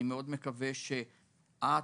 אני מקווה מאוד שאת,